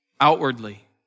outwardly